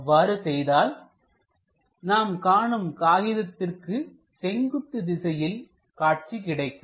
அவ்வாறு செய்தால் நாம் காணும் காகிதத்திற்கு செங்குத்து திசையில் காட்சி கிடைக்கும்